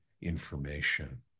information